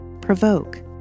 provoke